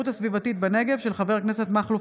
בעקבות דיון בהצעתו של חבר הכנסת מכלוף